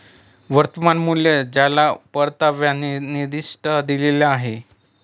वर्तमान मूल्य ज्याला परताव्याचा निर्दिष्ट दर दिलेला आहे